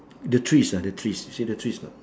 the trees ah the trees see the trees or not